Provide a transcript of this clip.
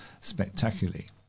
spectacularly